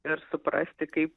ir suprasti kaip